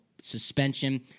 suspension